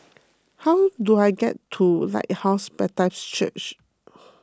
how do I get to Lighthouse Baptist Church